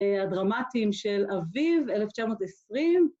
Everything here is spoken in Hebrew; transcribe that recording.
הדרמטים של אביב 1920.